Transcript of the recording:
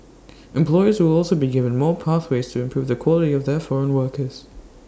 employers will also be given more pathways to improve the quality of their foreign workers